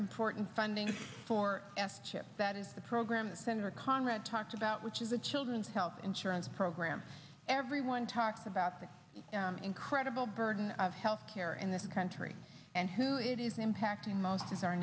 important funding for s chip that is the program that senator conrad talked about which is the children's health insurance program everyone talks about the incredible burden of health care in this country and who it is impacting most of our